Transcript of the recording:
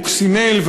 קוקסינל,